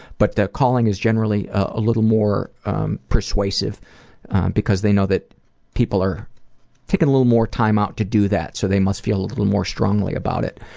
but calling is generally a little more persuasive because they know that people are taking a little more time out to do that so they must feel a little more strongly about it.